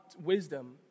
wisdom